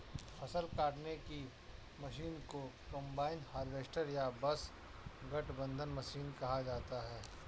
फ़सल काटने की मशीन को कंबाइन हार्वेस्टर या बस गठबंधन मशीन कहा जाता है